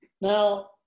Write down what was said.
Now